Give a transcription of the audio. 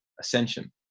ascension